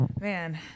Man